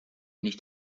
nicht